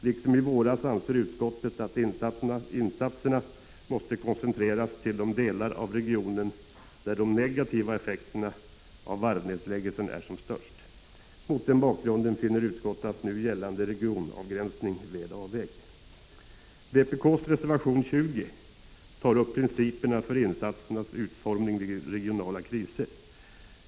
Liksom i våras anser utskottet att insatserna måste koncentreras till de delar av regionen där de negativa effekterna av varvsnedläggningen är som störst. Mot den bakgrunden finner utskottet den nu gällande regionavgränsningen väl avvägd. Vpk:s reservation 20 tar upp principerna för insatsernas utformning vid regionala kriser.